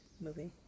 movie